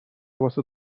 واسه